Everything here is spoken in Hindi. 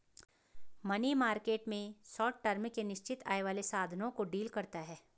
मनी मार्केट में शॉर्ट टर्म के निश्चित आय वाले साधनों को डील करता है